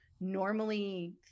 normally